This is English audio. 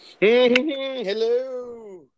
Hello